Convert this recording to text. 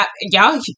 Y'all